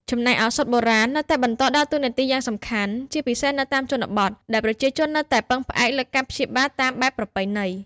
ចំណែកឱសថបុរាណនៅតែបន្តដើរតួនាទីយ៉ាងសំខាន់ ជាពិសេសនៅតាមជនបទ ដែលប្រជាជននៅតែពឹងផ្អែកលើការព្យាបាលតាមបែបប្រពៃណី។